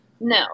No